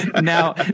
Now